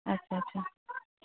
ᱟᱪᱪᱷᱟ ᱟᱪᱪᱷᱟ